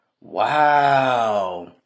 wow